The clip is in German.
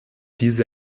diese